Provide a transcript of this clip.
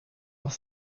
noch